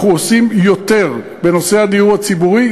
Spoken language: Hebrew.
אנחנו עושים יותר בנושא הדיור הציבורי,